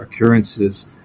occurrences